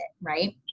right